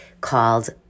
called